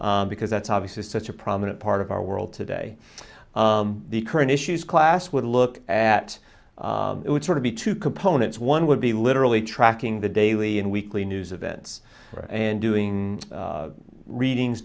because that's obviously such a prominent part of our world today the current issues class would look at it would sort of be two components one would be literally tracking the daily and weekly news events and doing readings